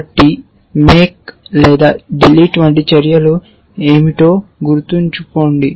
కాబట్టి మాక్" లేదా డిలీట్ వంటి చర్యలు ఏమిటో గుర్తుంచుకోండి